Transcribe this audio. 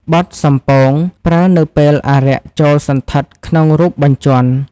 បទសំពោង ប្រើនៅពេលអារក្សចូលសណ្ឋិតក្នុងរូបបញ្ជាន់។